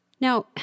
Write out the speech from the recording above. Now